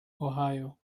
ohio